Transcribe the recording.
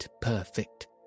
perfect